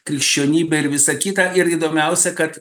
krikščionybė ir visa kita ir įdomiausia kad